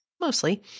mostly